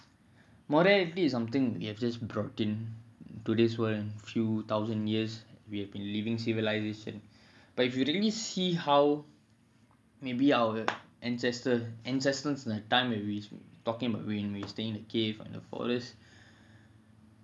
morality is something we have just brought in to this world maybe a few thousand years we've been living in civilization but if you really see how maybe our ancestor ancestors the time when talking about when we staying in a cave on the forest